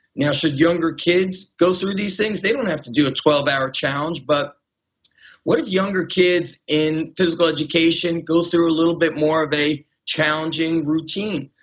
now should younger kids go through these things? they don't have to do a twelve hour challenge, but what younger kids in physical education go through a little bit more of a challenging routine.